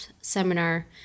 seminar